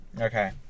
okay